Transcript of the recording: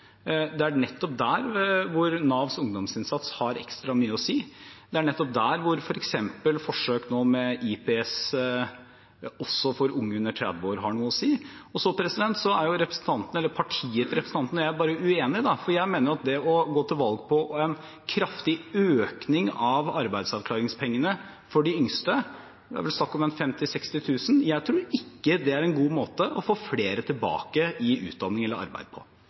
det er nettopp der Navs ungdomsinnsats har ekstra mye å si. Det er nettopp der f.eks. forsøk med IPS også for unge under 30 år har noe å si. Så er representanten, eller partiet til representanten, og jeg uenige. Jeg mener at det å gå til valg på en kraftig økning av arbeidsavklaringspengene for de yngste – det er snakk om en 50 000–60 000 kr – ikke er en god måte å få flere tilbake i utdanning eller arbeid på.